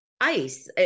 ice